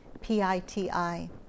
P-I-T-I